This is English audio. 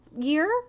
year